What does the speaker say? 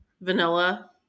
Vanilla